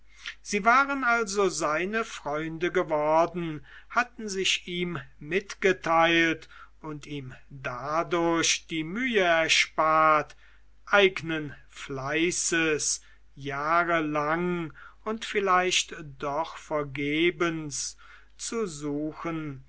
sie waren also seine freunde geworden hatten sich ihm mitgeteilt und ihm dadurch die mühe erspart eignen fleißes jahre lang und vielleicht doch vergebens zu suchen